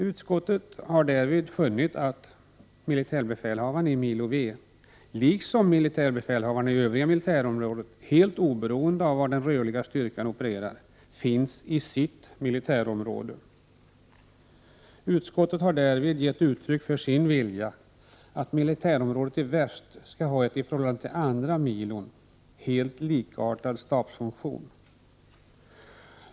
Utskottet har därvid funnit att militärbefälhavaren i Milo V, liksom militärbefälhavarna i övriga militärområden, helt oberoende av var de rörliga styrkorna opererar finns i sitt militärområde. Utskottet har gett uttryck för sin vilja att militärområdet i väst skall ha en i förhållande till andra militärområden helt likartad stabsfunktion.